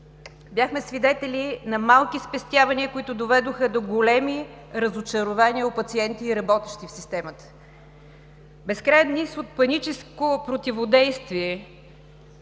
Бяхме свидетели на малки спестявания, които доведоха до големи разочарования у пациенти и работещи в системата, безкраен низ от паническо противодействие